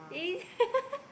is it